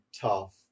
tough